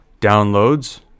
downloads